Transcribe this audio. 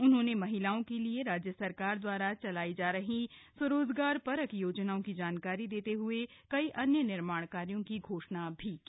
उन्होंने महिलाओं के लिए राज्य सरकार दवारा चलायी जा रही स्वरोजगारपरक योजनाओं की जानकारी देते हुए कई अन्य निर्माण कार्यों की घोषणा भी की